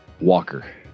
Walker